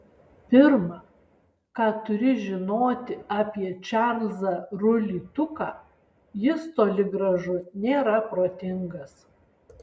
pirma ką turi žinoti apie čarlzą rulį tuką jis toli gražu nėra protingas